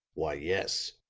why, yes.